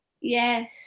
Yes